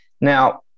Now